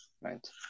right